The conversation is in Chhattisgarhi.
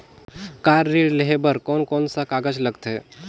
कार ऋण लेहे बार कोन कोन सा कागज़ लगथे?